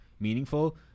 Meaningful